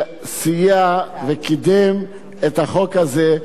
שסייע וקידם את החוק הזה,